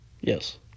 yes